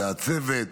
והצוות,